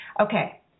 Okay